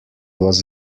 was